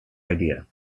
idea